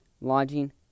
lodging